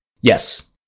Yes